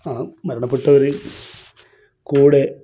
ആ മരണപ്പെട്ടവർ കൂടെ